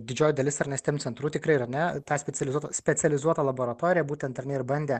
didžioji dalis ar ne steam centrų tikrai ar ne tą specializuotą specializuotą laboratoriją būtent ar ne ir bandė